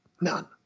None